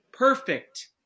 perfect